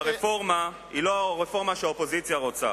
שהרפורמה היא לא הרפורמה שהאופוזיציה רוצה.